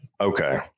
Okay